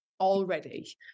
already